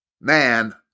man